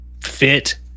fit